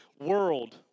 world